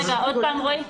עוד פעם, רועי.